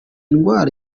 ndwara